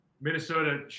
Minnesota